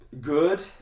good